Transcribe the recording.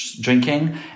Drinking